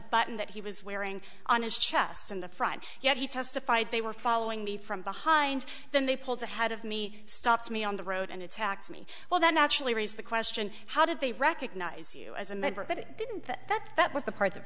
button that he was wearing on his chest in the front yard he testified they were following me from behind then they pulled ahead of me stopped me on the road and attacked me well that actually raised the question how did they recognize you as a member but it didn't that that was the p